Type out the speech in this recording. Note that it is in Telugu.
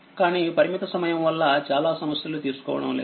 కానీ పరిమిత సమయం వల్ల చాలా సమస్యలు తీసుకోవడం లేదు